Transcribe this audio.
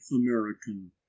American